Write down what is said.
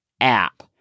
app